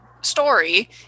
story